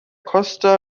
costa